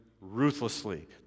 ruthlessly